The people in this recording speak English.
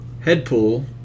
Headpool